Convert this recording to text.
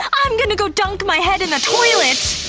um i'm gonna go dunk my head in the toilet!